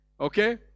okay